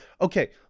okay